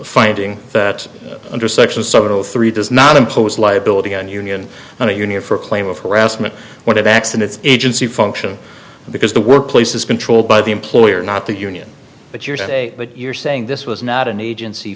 finding that under section several three does not impose liability on union on a union for a claim of harassment one of accidents agency function because the workplace is controlled by the employer not the union but your today but you're saying this was not an agency